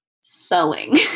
sewing